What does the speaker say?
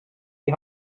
die